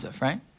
right